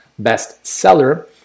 bestseller